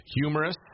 humorous